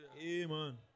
Amen